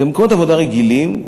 ובמקומות עבודה רגילים,